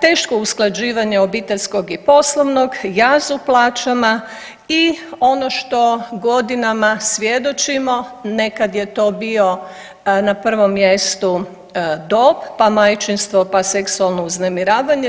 teško usklađivanje obiteljskog i poslovnog, jaz u plaćama i ono što godinama svjedočimo nekad je to bio na prvom mjestu dob, pa majčinstvo, pa seksualno uznemiravanje.